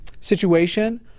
situation